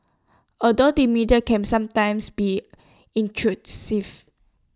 although the media can sometimes be intrusive